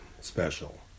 special